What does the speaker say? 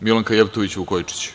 Milanka Jevtović Vukojičić.